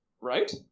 Right